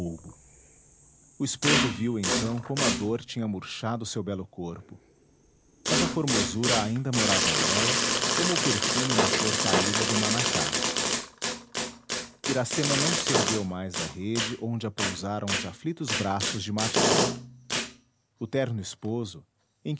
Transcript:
bulbo o esposo viu então como a dor tinha murchado seu belo corpo mas a formosura ainda morava nela como o perfume na flor caída do manacá iracema não se ergueu mais da rede onde a pousaram os aflitos braços de martim o terno esposo